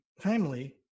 family